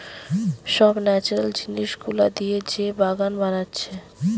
সব ন্যাচারাল জিনিস গুলা দিয়ে যে বাগান বানাচ্ছে